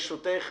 ברשותך,